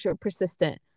persistent